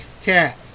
Cat